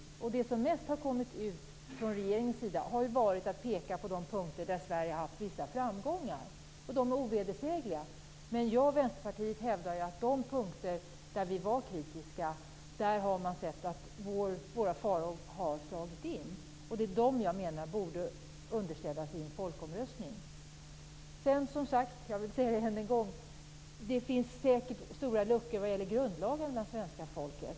Det som mest har gjorts från regeringens sida är att peka på de punkter där Sverige har haft vissa framgångar. De är ovedersägliga. Men jag och Vänsterpartiet hävdar att på de punkter där vi var kritiska har våra farhågor besannats. Jag menar att de frågorna borde underställas svenska folket i en folkomröstning. Det finns säkert stora kunskapsluckor vad gäller grundlagen hos svenska folket.